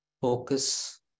Focus